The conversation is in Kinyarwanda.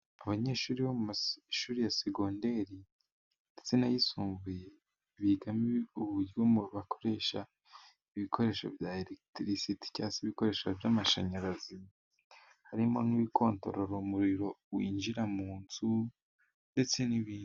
Abanyeshuri bo mu mashuri ya segonderi ndetse n'ayisumbuye bigamo uburyo mu bakoresha ibikoresho bya heritirisiti, cyangwa se n'ibikoresho by'amashanyarazi. Harimo n'ibikondorora umuriro winjira mu nzu ndetse n'ibindi.